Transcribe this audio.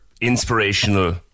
inspirational